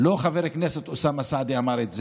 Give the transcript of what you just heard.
לא חבר הכנסת אוסאמה סעדי אמר את זה,